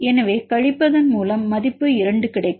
எனவே கழிப்பதன் மூலம் மதிப்பு 2 கிடைக்கும்